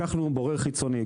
לקחנו בורר חיצוני,